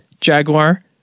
Jaguar